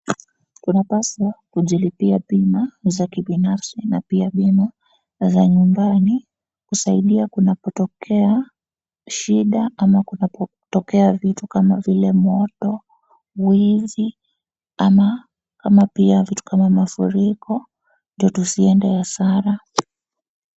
Tunapaswa kujilipia bima za kibinafsi na pia bima za nyumbani, kusaidia kunapotokea shida ama kunapotokea vitu kama vile; moto, wizi ama pia vitu kama mafuriko ndio tusiende hasara.